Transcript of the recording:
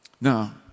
Now